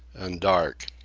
and dark.